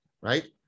right